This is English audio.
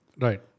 Right